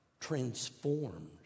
transformed